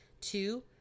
Two